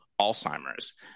Alzheimer's